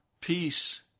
peace